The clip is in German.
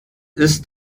ist